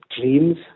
dreams